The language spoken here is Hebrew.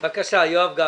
בבקשה, יואב גפני.